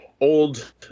old